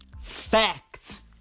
Fact